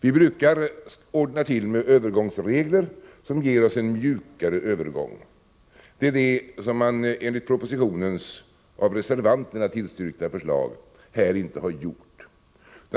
Vi brukar ordna till övergångsregler som ger oss en mjukare övergång. Det är det som man enligt propositionens, av reservanterna tillstyrkta, förslag här inte har gjort.